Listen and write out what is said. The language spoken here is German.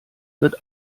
wird